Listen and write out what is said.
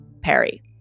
Perry